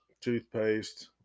toothpaste